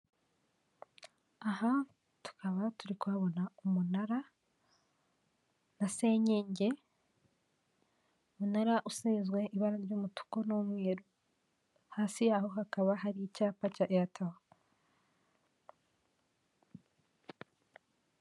Aha tukaba turi kuhabona umunara na senyege; umunara usizwe ibara ry'umutuku n'umweru, hasi y'aho hakaba hari icyapa cya eyateri.